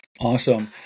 Awesome